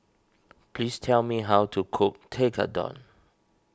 please tell me how to cook Tekkadon